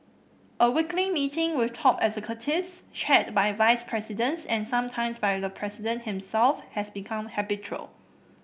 a weekly meeting with top executives chaired by vice presidents and sometimes by the president himself has become habitual